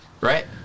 right